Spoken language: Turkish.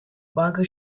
banka